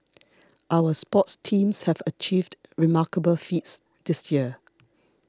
our sports teams have achieved remarkable feats this year